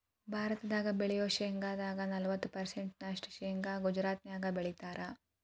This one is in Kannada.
ಭಾರತದಾಗ ಬೆಳಿಯೋ ಶೇಂಗಾದ ನಲವತ್ತ ಪರ್ಸೆಂಟ್ ನಷ್ಟ ಶೇಂಗಾ ಗುಜರಾತ್ನ್ಯಾಗ ಬೆಳೇತಾರ